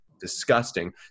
disgusting